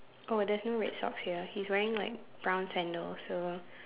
oh there's no red shorts here he's wearing like brown sandals so